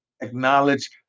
acknowledge